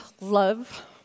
love